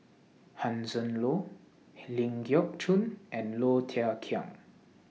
Hanson Ho Ling Geok Choon and Low Thia Khiang